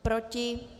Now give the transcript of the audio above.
Proti?